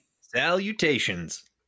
Salutations